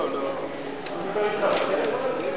הוא דיבר אתך בטלפון על זה?